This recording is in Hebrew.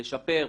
לשפר,